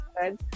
good